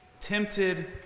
tempted